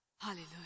Hallelujah